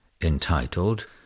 entitled